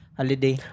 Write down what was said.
holiday